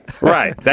Right